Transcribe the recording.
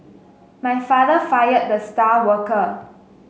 my father fired the star worker